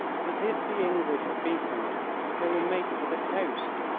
that if the english are beaten they will make for the coast.